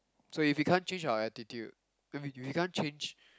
so if we can't change our attitude then we we can't change